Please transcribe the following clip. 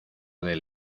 del